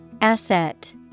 Asset